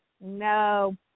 No